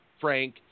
Frank